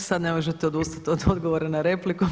E sada ne može odustati od odgovora na repliku.